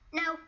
no